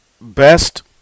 Best